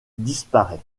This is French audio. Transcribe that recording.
disparaît